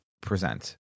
present